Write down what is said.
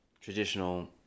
traditional